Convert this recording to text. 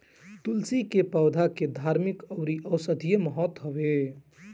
तुलसी के पौधा के धार्मिक अउरी औषधीय महत्व हवे